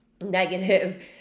negative